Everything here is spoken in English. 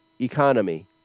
economy